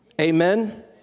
Amen